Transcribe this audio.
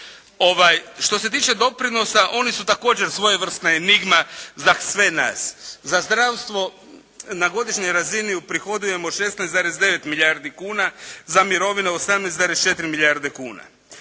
Što se tiče doprinosa oni su također svojevrsna enigma za sve nas. Za zdravstvo na godišnjoj razini uprihodujemo 16,9 milijardi kuna, za mirovine 18,4 milijarde kuna.